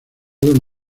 del